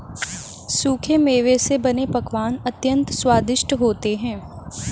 सूखे मेवे से बने पकवान अत्यंत स्वादिष्ट होते हैं